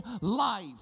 life